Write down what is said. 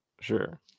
sure